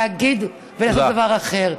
תפסיקו להגיד ולעשות דבר אחר.